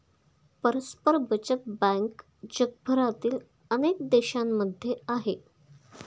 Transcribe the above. परस्पर बचत बँक जगभरातील अनेक देशांमध्ये आहे